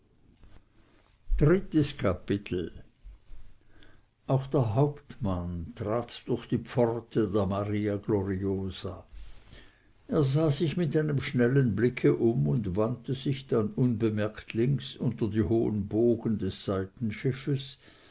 drittes kapitel auch der hauptmann trat durch die pforte der maria gloriosa er sah sich mit einem schnellen blicke um und wandte sich dann unbemerkt links unter die hohen bogen des seitenschiffs